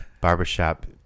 barbershop